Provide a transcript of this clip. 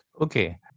Okay